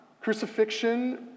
Crucifixion